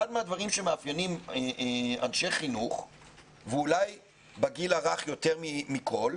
אחד מהדברים שמאפיינים אנשי חינוך ואולי בגיל הרך יותר מכל,